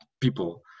people